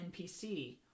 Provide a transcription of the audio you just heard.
NPC